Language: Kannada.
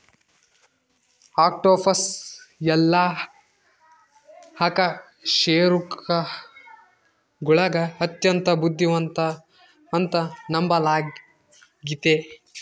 ಆಕ್ಟೋಪಸ್ ಎಲ್ಲಾ ಅಕಶೇರುಕಗುಳಗ ಅತ್ಯಂತ ಬುದ್ಧಿವಂತ ಅಂತ ನಂಬಲಾಗಿತೆ